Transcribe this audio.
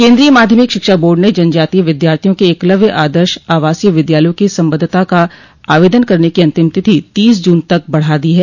केन्द्रीय माध्यमिक शिक्षा बोर्ड ने जनजातीय विद्यार्थियों के एकलव्य आदर्श आवासीय विद्यालयों की संबद्धता का आवेदन करने की अंतिम तिथि तीस जून तक बढ़ा दी है